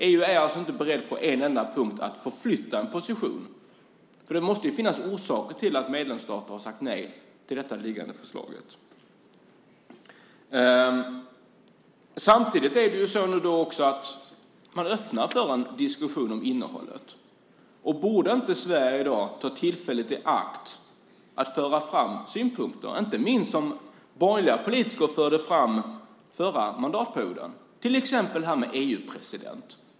EU är inte berett att på en enda punkt förflytta en position. Det måste ju finnas orsaker till att medlemsstater har sagt nej till det liggande förslaget. Man öppnar nu för en diskussion om innehållet. Borde inte Sverige då ta tillfället i akt och föra fram synpunkter, inte minst det som borgerliga politiker förde fram under den förra mandatperioden? Det gäller till exempel frågan om EU-president.